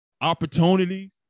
opportunities